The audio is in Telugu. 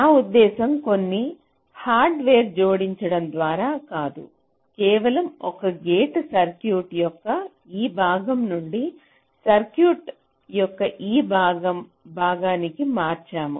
నా ఉద్దేశ్యం కొన్ని హార్డ్వేర్లను జోడించడం ద్వారా కాదు కేవలం ఒక గేట్ని సర్క్యూట్ యొక్క ఈ భాగం నుండి సర్క్యూట్ యొక్క ఈ భాగానికి మార్చాము